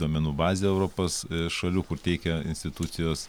duomenų bazę europos šalių kur teikia institucijos